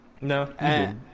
No